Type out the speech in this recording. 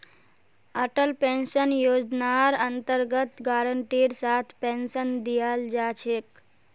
Atal pension योजनार अन्तर्गत गारंटीर साथ पेन्शन दीयाल जा छेक